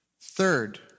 Third